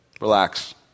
Relax